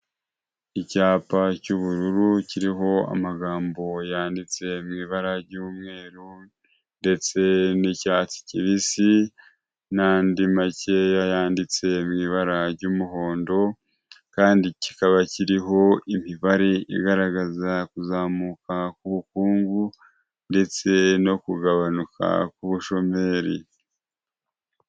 Icyapa cy'ubururu kiriho amagambo yanditse mu ibara ry'umweru ndetse n'icyatsi kibisi n'andi makeya yanditse mu ibara ry'umuhondo, kandi kikaba kiriho imibare igaragaza kuzamuka k'ubukungu ndetse no kugabanuka k'ubushomeri.